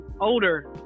older